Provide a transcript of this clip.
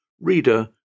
Reader